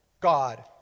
God